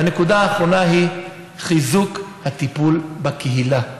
והנקודה האחרונה היא חיזוק הטיפול בקהילה.